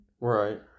Right